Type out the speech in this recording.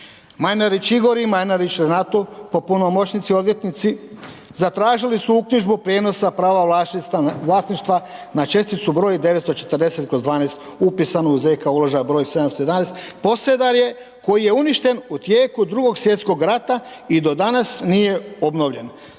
Majnarić Igor i Majnarić Renato po punomoćnici odvjetnici zatražili su uknjižbu prijenosa prava vlasništva na česticu broj 940/12 upisanu u ZK uložak broj 711 Posedarje koji je uništen u tijeku Drugog svjetskog rata i do danas nije obnovljen,